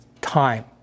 time